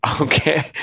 Okay